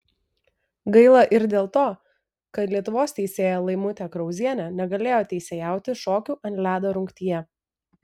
gaila ir dėl to kad lietuvos teisėja laimutė krauzienė negalėjo teisėjauti šokių ant ledo rungtyje